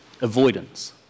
Avoidance